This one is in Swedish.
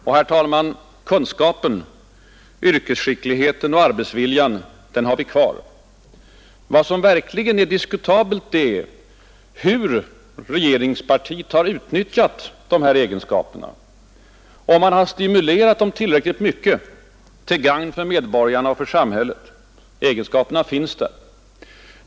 Och, herr talman, kunskapen, yrkesskickligheten och arbetsviljan har vi kvar. Vad som verkligen är diskutabelt är hur regeringspartiet har utnyttjat dessa egenskaper och om man har stimulerat dem tillräckligt mycket, till gagn för medborgarna och samhället. Egenskaperna finns där.